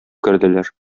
керделәр